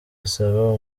asaba